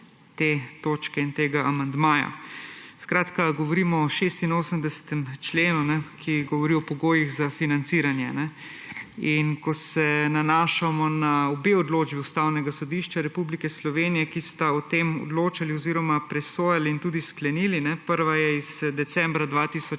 te točke in tega amandmaja. Skratka, govorimo o 86. členu, ki govori o pogojih za financiranje. Ko se nanašamo na obe odločbi Ustavnega sodišča Republike Slovenije, ki sta o tem odločali oziroma presojali in tudi sklenili, prva je iz decembra 2014